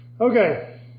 Okay